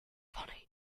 honey